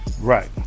Right